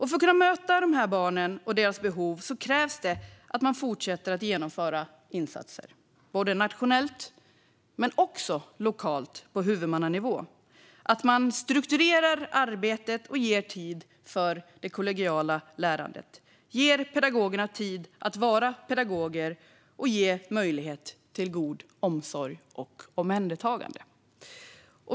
För att kunna möta de här barnen och deras behov krävs det att man fortsätter att genomföra insatser både nationellt och lokalt på huvudmannanivå genom att strukturera arbetet och ge tid för det kollegiala lärandet, ge pedagogerna tid att vara pedagoger och ge möjlighet till god omsorg och gott omhändertagande.